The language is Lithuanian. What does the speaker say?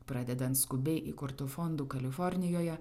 pradedant skubiai įkurtu fondu kalifornijoje